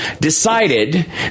decided